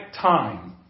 time